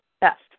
best